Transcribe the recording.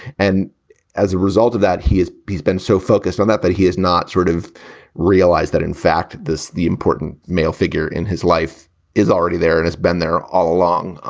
and as a result of that, he is he's been so focused on that that he is not sort of realized that, in fact, this the important male figure in his life is already there and has been there all along.